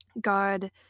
god